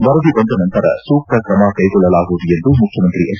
ವರದಿ ಬಂದ ನಂತರ ಸೂಕ್ತ ತ್ರಮ ಕೈಗೊಳ್ಳಲಾಗುವುದು ಎಂದು ಮುಖ್ಯಮಂತ್ರಿ ಎಚ್